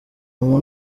umuntu